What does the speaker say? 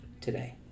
today